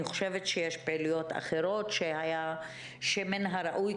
אני חושבת שיש פעילויות אחרות שמן הראוי,